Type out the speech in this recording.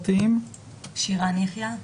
כפל הענישה הזה מצוי בחוק הנוכחי רק במקרה של פגיעה ע"י